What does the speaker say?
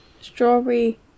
strawberry